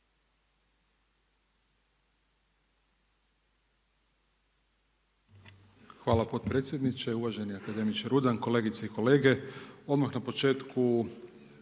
Hvala potpredsjedniče. Uvaženi akademiče Rudan, kolegice i kolege. Odmah na početku